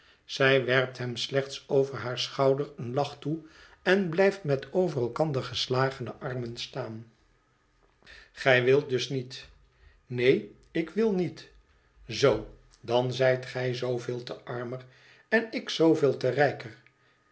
zij werpt hem slechts over haar schouder een lach toe en blijft met over elkander geslagene armen staan gij wilt dus niet neen ik wil niet zoo dan zijt gij zooveel te armer en ik zooveel te